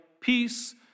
peace